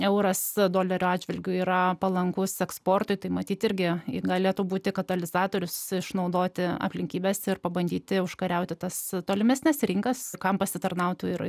euras dolerio atžvilgiu yra palankūs eksportui tai matyt irgi galėtų būti katalizatorius išnaudoti aplinkybes ir pabandyti užkariauti tas tolimesnes rinkas kam pasitarnautų ir